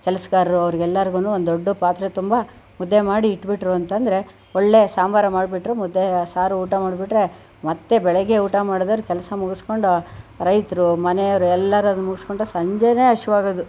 ಕೆಲಸಗಾರರೂ ಅವರಿಗೆಲ್ಲನೂ ಒಂದು ದೊಡ್ಡ ಪಾತ್ರೆ ತುಂಬ ಮುದ್ದೆ ಮಾಡಿ ಇಟ್ಬಿಟ್ಟರು ಅಂತಂದರೆ ಒಳ್ಳೆ ಸಾಂಬಾರು ಮಾಡಿಬಿಟ್ಟು ಮುದ್ದೆ ಸಾರು ಊಟ ಮಾಡಿಬಿಟ್ಟರೆ ಮತ್ತೆ ಬೆಳಗ್ಗೆ ಊಟ ಮಾಡಿದವ್ರು ಕೆಲಸ ಮುಗಿಸಿಕೊಂಡು ರೈತರು ಮನೆಯವರು ಎಲ್ಲರು ಅದನ್ನ ಮುಗಿಸ್ಕೊಂಡು ಸಂಜೆನೇ ಹಸಿವಾಗೋದು